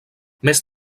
més